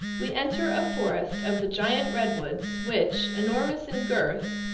we enter a forest of the giant redwoods, which, enormous in girth,